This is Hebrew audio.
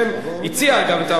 את ההצעה מזכירת הכנסת,